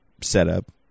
setup